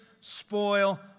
spoil